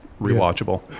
rewatchable